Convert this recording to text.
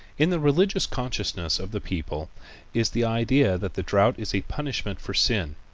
in the religious consciousness of the people is the idea that the drought is a punishment for sin.